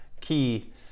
key